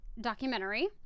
documentary